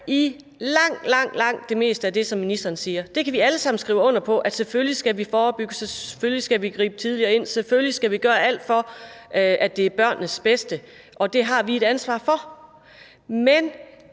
er – langt, langt det meste af det, som ministeren siger. Det kan vi alle sammen skrive under på, altså at selvfølgelig skal vi forebygge, selvfølgelig skal vi gribe tidligere ind, selvfølgelig skal vi gøre alt for, at det er til børnenes bedste. Og det har vi et ansvar for. Men